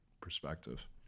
perspective